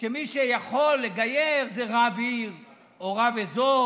שמי שיכול לגייר זה רב עיר או רב אזור